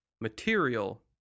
material